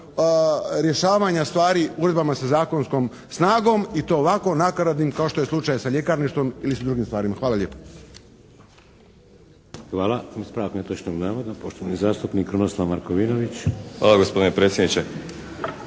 rješavanja stvari uredbama sa zakonskom snagom i to ovako nakaradnim kao što je slučaj sa ljekarništvom ili sa drugim stvarima. Hvala lijepa. **Šeks, Vladimir